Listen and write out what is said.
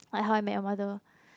like How I Met Your Mother